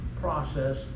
process